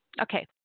Okay